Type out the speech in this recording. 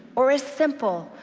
or as simple,